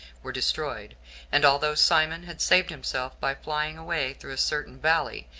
were destroyed and although simon had saved himself by flying away through a certain valley,